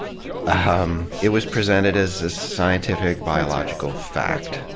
ah um it was presented as a scientific, bio logical fact.